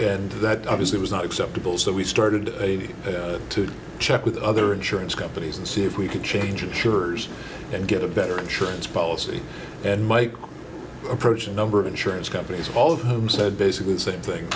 and that obviously was not acceptable so we started a need to check with other insurance companies and see if we could change insurers and get a better insurance policy and might approach a number of insurance companies all of whom said basically the same thing